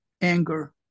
anger